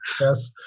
Yes